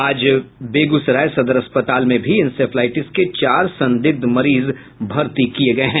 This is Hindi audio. आज बेगूसराय के सदर अस्पताल में इंसेफ्लाईटिस के चार संदिग्ध मरीज भर्ती कराये गये हैं